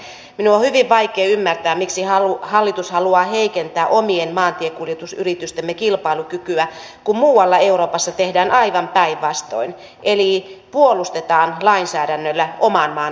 minun on hyvin vaikea ymmärtää miksi hallitus haluaa heikentää omien maantiekuljetusyritystemme kilpailukykyä kun muualla euroopassa tehdään aivan päinvastoin eli puolustetaan lainsäädännöllä oman maan yrittäjiä